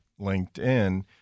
LinkedIn